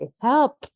help